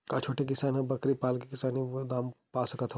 का छोटे किसान ह बकरी पाल के किसानी के बने दाम पा सकत हवय?